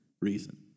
reason